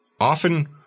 Often